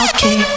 Okay